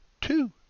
two